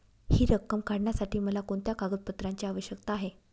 हि रक्कम काढण्यासाठी मला कोणत्या कागदपत्रांची आवश्यकता आहे?